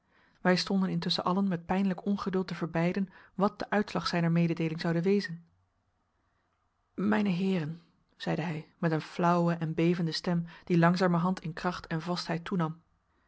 wij stonden intusschen allen met pijnlijk ongeduld te verbeiden wat de uitslag zijner mededeeling zoude wezen mijne heeren zeide hij met een flauwe en bevende stem die langzamerhand in kracht en vastheid toenam